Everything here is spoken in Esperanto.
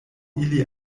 ili